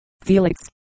Felix